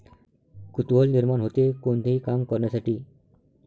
कुतूहल निर्माण होते, कोणतेही काम करण्यासाठी